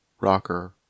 rocker